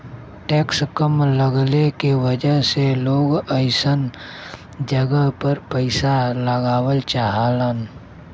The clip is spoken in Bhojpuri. टैक्स कम लगले के वजह से लोग अइसन जगह पर पइसा लगावल चाहलन